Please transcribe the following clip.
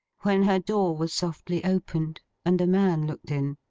when her door was softly opened, and a man looked in.